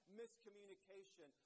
miscommunication